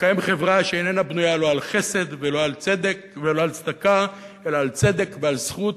לקיים חברה שאיננה בנויה לא על חסד ולא על צדקה אלא על צדק ועל זכות,